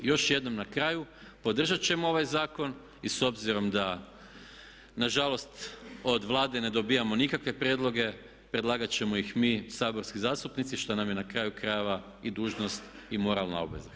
Još jednom na kraju podržat ćemo ovaj zakon i s obzirom da nažalost od Vlade ne dobivamo nikakve prijedloge predlagat ćemo ih mi saborski zastupnici što nam je na kraju krajeva i dužnost i moralna obveza.